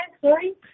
Sorry